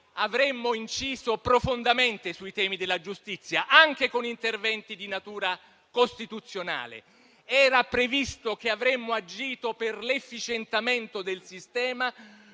avremmo inciso profondamente sui temi della giustizia, anche con interventi di natura costituzionale. Era previsto che avremmo agito per l'efficientamento del sistema